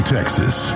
Texas